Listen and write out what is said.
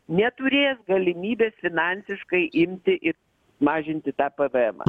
neturės galimybės finansiškai imti ir mažinti tą pvmą